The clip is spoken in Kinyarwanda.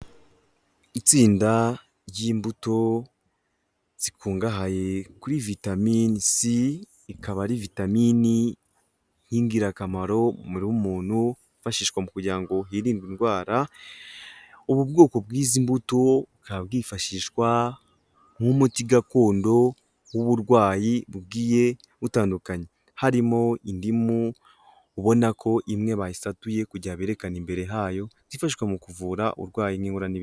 Itsinda ry'imbuto zikungahaye kuri vitamin c. Ikaba ari vitamini y'ingirakamaro mu mubiri w'umuntu wifashishwa kugira ngo hirindwe indwara. Ubu bwoko bw'izi mbuto bukaba bwifashishwa nk'umuti gakondo w'uburwayi bugiye butandukanye. Harimo indimu ubona ko imwe bayisatuye kugira berekane imbere hayo, yifashwa mu kuvura uburwayi, inkorora n'ibindi.